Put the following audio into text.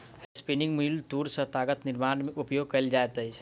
spinning mule तूर सॅ तागक निर्माण में उपयोग कएल जाइत अछि